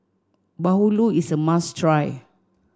Bahulu is a must try